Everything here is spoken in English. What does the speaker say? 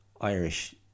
Irish